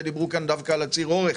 הרבה דיברו כאן על ציר אורך,